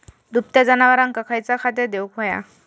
दुभत्या जनावरांका खयचा खाद्य देऊक व्हया?